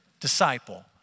disciple